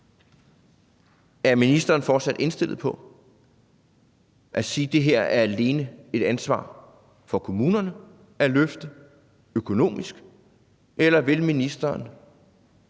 Er ministeren fortsat indstillet på at sige, at det her alene er et ansvar for kommunerne at løfte økonomisk, eller vil ministeren